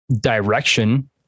direction